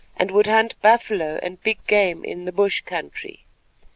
and would hunt buffalo and big game in the bush country.